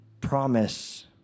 promise